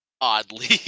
oddly